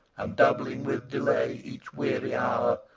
and, doubling with delay each weary hour,